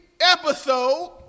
episode